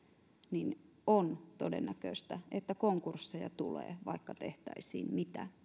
on todennäköistä että konkursseja tulee vaikka tehtäisiin